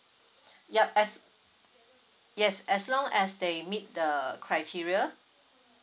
yup as yes as long as they meet the criteria